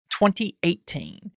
2018